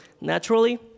naturally